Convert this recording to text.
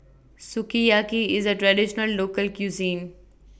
Sukiyaki IS A Traditional Local Cuisine